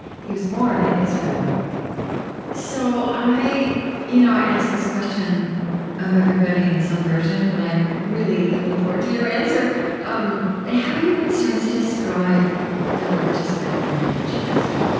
he was born in israel so i you know i ask this question of everybody, in some version, but i am really looking forward to your answer um how you would start to describe the religious background of your childhood?